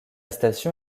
station